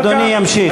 אדוני ימשיך.